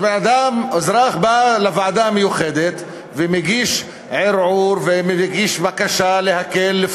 אזרח בא לוועדה המיוחדת ומגיש ערעור ומגיש בקשה להקל,